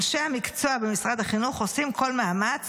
אנשי המקצוע במשרד החינוך עושים כל מאמץ